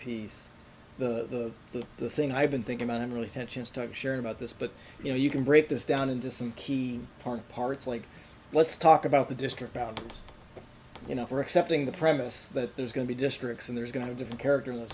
piece the the the thing i've been thinking about i'm really tensions timesharing about this but you know you can break this down into some key part parts like let's talk about the district out you know for accepting the premise that there's going to be districts and there's going to different character